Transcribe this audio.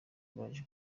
baje